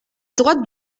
droite